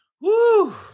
Woo